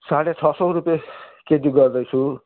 साढे छ सौ रुपियाँ केजी गर्दैछु